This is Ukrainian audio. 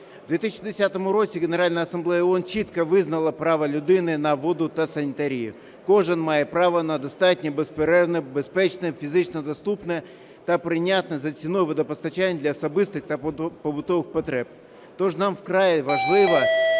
В 2010 році Генеральна асамблея ООН чітко визнала право людини на воду та санітарію. Кожен має право на достатнє, безперервне, безпечне, фізично доступне та прийнятне за ціною водопостачання для особистих та побутових потреб. Тож нам вкрай важливо